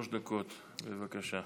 שלוש דקות, בבקשה.